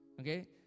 Okay